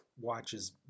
watches